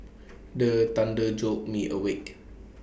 the thunder jolt me awake